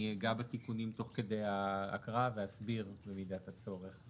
אני אגע בתיקונים תוך כדי ההקראה ואסביר את מידת הצורך.